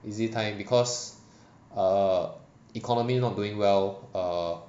easy time because err economy not doing well err